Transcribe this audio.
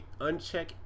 uncheck